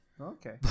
Okay